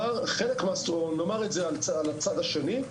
נאמר את זה על הצד השני,